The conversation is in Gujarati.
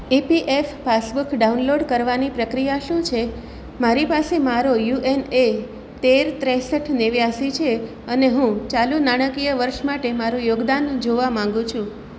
ઈપીએફ પાસબુક ડાઉનલોડ કરવાની પ્રક્રિયા શું છે મારી પાસે મારો યુએનએ તેર ત્રેસઠ નેવ્યાસી છે અને હું ચાલુ નાણાકીય વર્ષ માટે મારું યોગદાન જોવા માગું છું